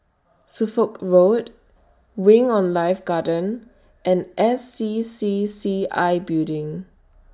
Suffolk Road Wing on Life Garden and S C C C I Building